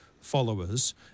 followers